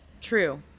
true